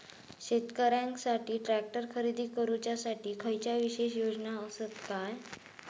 शेतकऱ्यांकसाठी ट्रॅक्टर खरेदी करुच्या साठी खयच्या विशेष योजना असात काय?